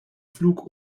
flug